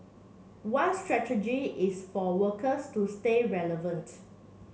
one strategy is for workers to stay relevant